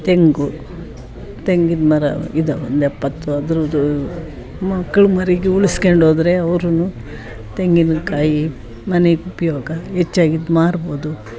ತೆಂಗು ತೆಂಗಿನಮರ ಇದಾವೆ ಒಂದು ಎಪ್ಪತ್ತು ಅದ್ರದು ಮಕ್ಕಳು ಮರಿಗೆ ಉಳ್ಸ್ಕಂಡ್ ಹೋದರೆ ಅವ್ರು ತೆಂಗಿನಕಾಯಿ ಮನೆಗೆ ಉಪಯೋಗ ಹೆಚ್ಚಾಗಿದ್ ಮಾರ್ಬೋದು